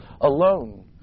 alone